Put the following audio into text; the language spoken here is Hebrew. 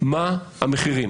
מה המחירים?